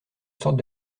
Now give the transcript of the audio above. sorte